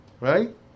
Right